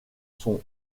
son